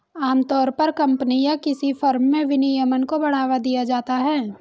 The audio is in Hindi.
आमतौर पर कम्पनी या किसी फर्म में विनियमन को बढ़ावा दिया जाता है